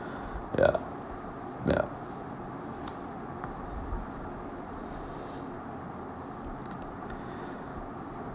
ya ya